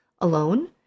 alone